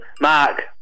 Mark